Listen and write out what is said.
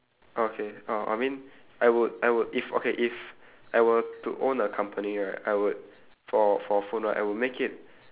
okay oh I mean I would I would if okay if I were to own a company right I would for for phone right I will make it